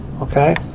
Okay